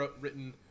written